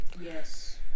Yes